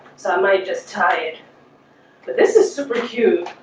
so i might just tie but this is super cute